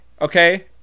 Okay